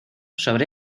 sobre